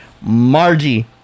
Margie